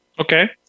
Okay